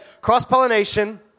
cross-pollination